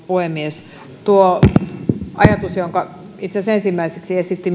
puhemies tuo ajatus jonka itse asiassa ensimmäiseksi esitti